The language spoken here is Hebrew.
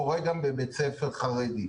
קורה גם בבית ספר חרדי.